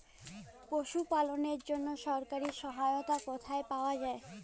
পশু পালনের জন্য সরকারি সহায়তা কোথায় পাওয়া যায়?